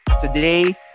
today